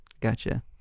gotcha